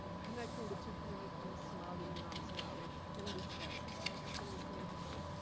connecting the two communities, somali and non-somali, in this area in this neighborhood.